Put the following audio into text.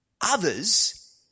Others